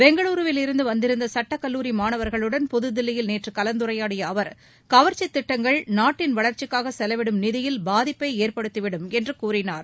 பெங்களுருவில் இருந்து வந்திருந்த சுட்டக்கல்லூரி மாணவர்களுடன் புதுதில்லியில் நேற்று கலந்துரையாடிய அவர் கவர்ச்சித் திட்டங்களால் நாட்டின் வளர்ச்சிக்காக செலவிடும் நிதியில் பாதிப்பை ஏற்படுத்திவிடும் என்று கூறினார்